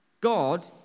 God